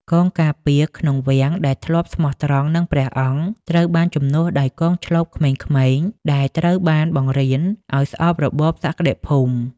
កងការពារក្នុងវាំងដែលធ្លាប់ស្មោះត្រង់នឹងព្រះអង្គ ត្រូវបានជំនួសដោយកងឈ្លបក្មេងៗដែលត្រូវបានបង្រៀនឱ្យស្អប់របបសក្តិភូមិ។